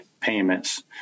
payments